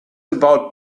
about